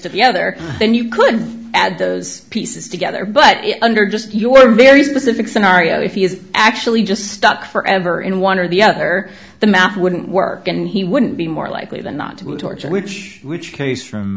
other then you could add those pieces together but under just your very specific scenario if he is actually just stuck forever in one or the other the math wouldn't work and he wouldn't be more likely than not to torture which case from